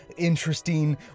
interesting